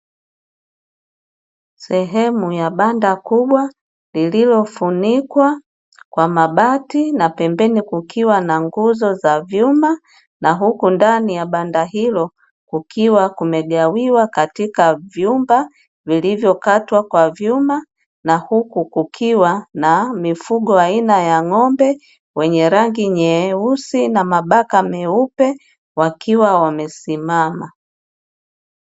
Sehemu ya banda kubwa lililofunikwa kwa mabati na pembeni kukiwa na nguzo za vyuma, na huku ndani ya banda hilo kukiwa kumegawiwa katika vyumba vilivyokatwa kwa vyuma; na huku kukiwa na mifugo aina ya ng'ombe wenye rangi nyeusi na mabaka meupe wakiwa wamesimama.